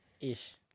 Ish